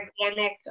organic